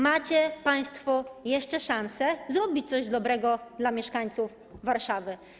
Macie państwo jeszcze szansę zrobić coś dobrego dla mieszkańców Warszawy.